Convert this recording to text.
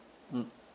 mm